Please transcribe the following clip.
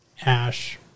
Ash